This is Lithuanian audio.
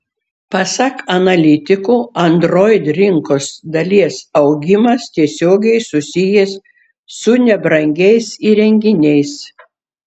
pasak analitikų android rinkos dalies augimas tiesiogiai susijęs su nebrangiais įrenginiais